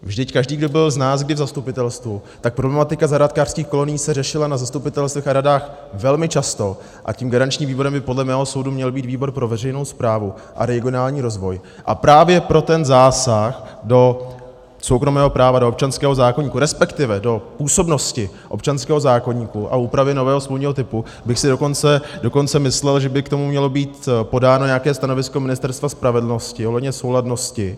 Vždyť každý, kdo kdy byl z nás v zastupitelstvu, tak problematika zahrádkářských kolonií se řešila na zastupitelstvech a radách velmi často a tím garančním výborem by, podle mého soudu, měl být výbor pro veřejnou správu a regionální rozvoj, a právě pro ten zásah do soukromého práva, do občanského zákoníku, respektive do působnosti občanského zákoníku a úpravy nového smluvního typu bych si dokonce myslel, že by k tomu mělo být podáno nějaké stanovisko Ministerstva spravedlnosti ohledně souladnosti.